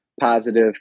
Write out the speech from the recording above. positive